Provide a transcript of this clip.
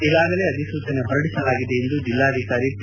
ಈಗಾಗಲೇ ಅಧಿಸೂಚನೆ ಹೊರಡಿಸಲಾಗಿದೆ ಎಂದು ಜಿಲ್ನಾಧಿಕಾರಿ ಪಿ